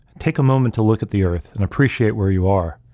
take a moment to look at the earth and appreciate where you are.